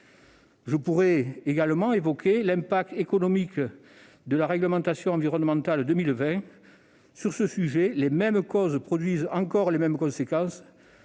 Je pourrais également évoquer l'impact économique de la réglementation environnementale RE 2020. Sur ce sujet, les mêmes causes produisent encore les mêmes conséquences